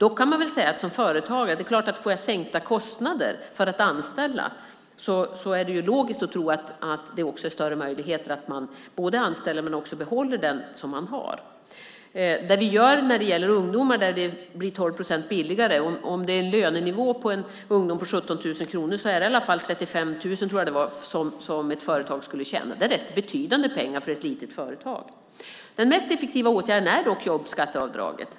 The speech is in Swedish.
Om man som företagare får sänkta kostnader för att anställa är det dock logiskt att tro att det är större möjligheter att man både anställer och behåller den som man har. För ungdomar blir det 12 procent billigare. Om lönenivån för en ungdom är 17 000 kronor tror jag att det var 35 000 som ett företag skulle tjäna. Det är rätt betydande pengar för ett litet företag. Den mest effektiva åtgärden är dock jobbskatteavdraget.